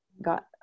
Got